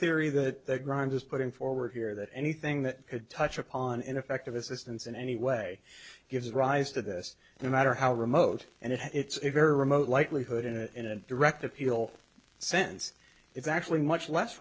theory that i'm just putting forward here that anything that could touch upon ineffective assistance in any way gives rise to this no matter how remote and it's a very remote likelihood and in a direct appeal sense it's actually much less